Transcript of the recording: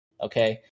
okay